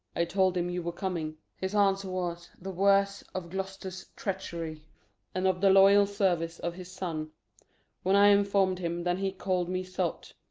i told him you were coming his answer was, the worse of gloucester's treachery and of the loyal service of his son when i inform'd him, then he call'd me sot